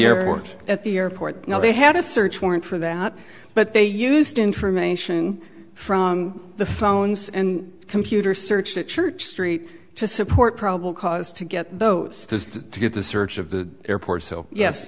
you're at the airport now they had a search warrant for that but they used information from the phones and computer search the church street to support probable cause to get those to get the search of the airport so yes